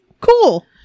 cool